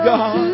God